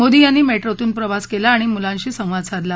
मोदी यांनी मद्रीतून प्रवास कला आणि मुलांशी संवाद साधला